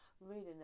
reading